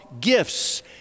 gifts